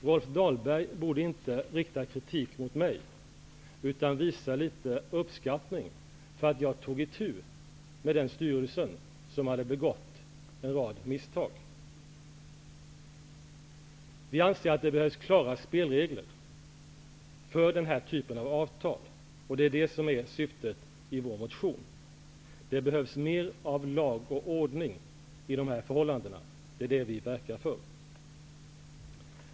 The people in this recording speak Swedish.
Rolf Dahlberg borde inte rikta kritik mot mig, utan visa litet uppskattning för att jag tog itu med den styrelse som hade begått en rad misstag. Vi anser att det behövs klara spelregler för den här typen av avtal, och det är syftet med vår motion. Det behövs mer av lag och ordning i dessa förhållanden. Det är vad vi verkar för.